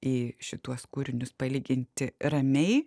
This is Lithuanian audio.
į šituos kūrinius palyginti ramiai